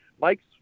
Mike's